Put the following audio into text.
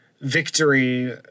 victory